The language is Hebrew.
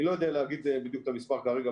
אני לא יודע להגיד את המספר כרגע,